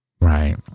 Right